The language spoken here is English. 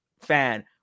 fan